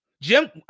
Jim